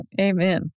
amen